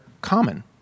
common